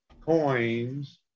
coins